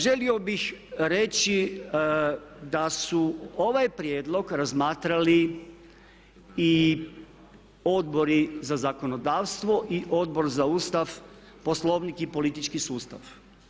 Želio bih reći da su ovaj prijedlog razmatrali i Odbor za zakonodavstvo i Odbor za Ustav, Poslovnik i politički sustav.